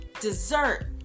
dessert